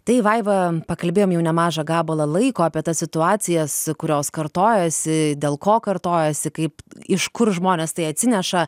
tai vaiva pakalbėjom jau nemažą gabalą laiko apie tas situacijas kurios kartojosi dėl ko kartojosi kaip iš kur žmonės tai atsineša